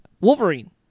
Wolverine